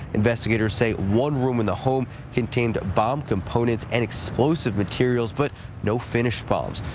investigators say one room in the home contained bomb components and explosive materials but no finished bombs.